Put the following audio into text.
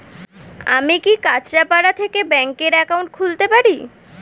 আমি কি কাছরাপাড়া থেকে ব্যাংকের একাউন্ট খুলতে পারি?